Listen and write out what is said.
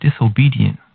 disobedient